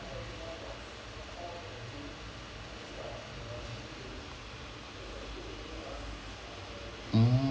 mm